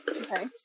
Okay